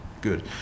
Good